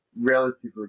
relatively